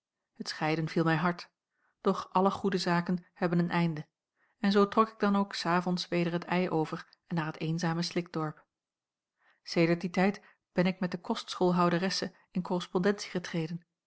t scheiden viel mij hard doch alle goede zaken hebben een einde en zoo trok ik dan ook s avonds weder het ij over en naar het eenzame slikdorp sedert dien tijd ben ik met de kostschoolhouderesse in korrespondentie getreden